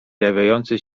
zjawiający